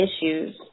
issues